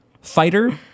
fighter